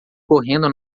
correndo